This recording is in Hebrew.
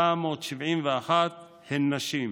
40,471 הם נשים.